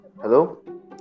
Hello